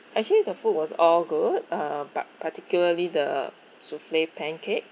actually the food was all good uh but particularly the soufflé pancake